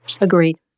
Agreed